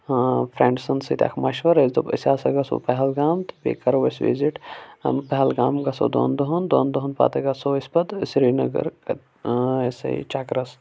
فرٛنٛڈسَن سۭتۍ اَکھ مَشوَرٕ اَسہِ دوٚپ أسۍ ہَسا گَژھو پَہلگام تہٕ بیٚیہِ کَرو أسۍ وِزِٹ پَہَلگام گَژھوٚ دۄن دۄہَن دۄن دۄہَن پَتہٕ گَژھوٚ أسۍ پَتہٕ سرینگر یہِ ہسا یہِ چَکرَس